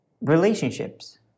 relationships